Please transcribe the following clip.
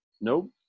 Nope